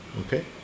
Okay